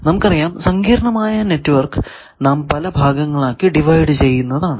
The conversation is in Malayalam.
നമുക്കറിയാം സങ്കീർണമായ നെറ്റ്വർക്ക് നാം പല ഭാഗങ്ങളാക്കി ഡിവൈഡ് ചെയ്യുന്നതാണ്